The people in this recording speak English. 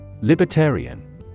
Libertarian